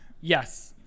Yes